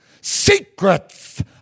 secrets